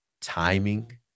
Timing